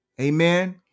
Amen